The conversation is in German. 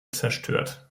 zerstört